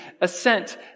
assent